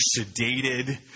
sedated